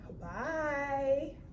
bye